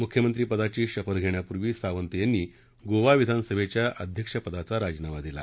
मुख्यमंत्रीपदाची शपथ घेण्यापूर्वी सावंत यांनी गोवा विधानसभेच्या अध्यक्षपदाचा राजीनामा दिला